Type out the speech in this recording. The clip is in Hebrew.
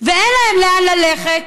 ואין להם לאן ללכת,